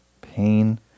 pain